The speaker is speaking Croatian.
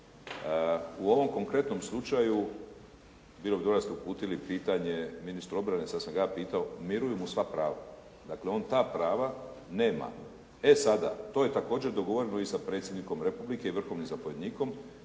U ovom konkretnom slučaju, bilo bi bolje da ste uputili pitanje ministru obrane. Sad sam ga ja pitao, miruju mu sva prava. Dakle, on ta prava nema, ne sada. To je također dogovoreno i sa predsjednikom republike i sa vrhovnim zapovjednikom